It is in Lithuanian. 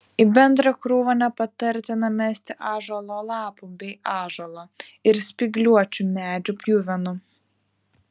į bendrą krūvą nepatartina mesti ąžuolo lapų bei ąžuolo ir spygliuočių medžių pjuvenų